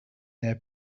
their